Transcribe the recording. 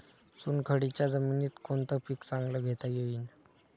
चुनखडीच्या जमीनीत कोनतं पीक चांगलं घेता येईन?